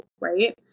right